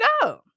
go